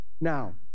Now